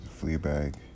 Fleabag